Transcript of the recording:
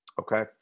Okay